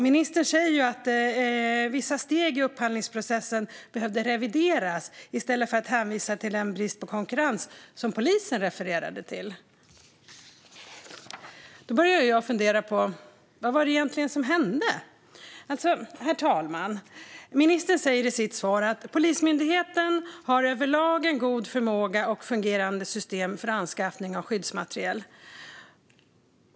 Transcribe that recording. För det andra: Ministern säger - i stället för att hänvisa till den brist på konkurrens som polisen refererade till - att vissa steg i upphandlingsprocessen behövde revideras. Då börjar jag fundera. Vad var det egentligen som hände? Herr talman! Ministern säger alltså i sitt svar att "Polismyndigheten har överlag en god förmåga och fungerande system för anskaffning av skyddsmateriel".